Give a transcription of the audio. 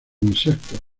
insectos